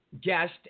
guest